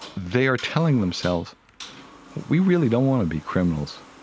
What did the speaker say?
they are telling themselves we really don't want to be criminals.